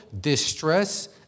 distress